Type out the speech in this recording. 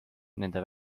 nende